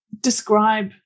describe